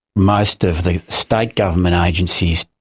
most of the state government agencies